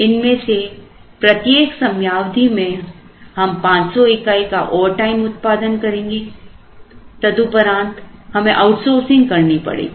इनमें से प्रत्येक समयावधि में हम 500 इकाई का ओवर टाइम उत्पादन करेंगे तदुपरांत हमें आउटसोर्सिंग करनी होगी